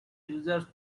user